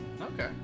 Okay